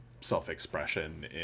self-expression